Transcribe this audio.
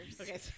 okay